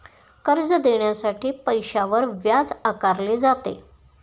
कर्ज देण्यासाठी पैशावर व्याज आकारले जाते